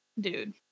dude